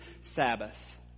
Sabbath